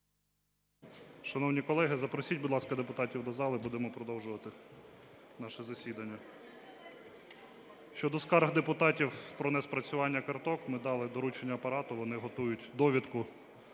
Шановні колеги, запросіть, будь ласка, депутатів до зали, будемо продовжувати наше засідання. Щодо скарг депутатів про неспрацювання карток, ми дали доручення Апарату, вони готують довідку